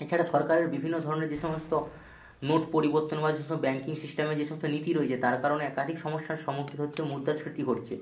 এছাড়া সরকারে বিভিন্ন ধরনের যে সমস্ত নোট পরিবর্তন বা যেসব ব্যাঙ্কিং সিস্টেমে যে সমস্ত নীতি রয়েছে তার কারণে একাধিক সমস্যার সম্মুখীন হচ্ছে মুদ্রাস্ফীতি ঘটছে